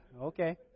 okay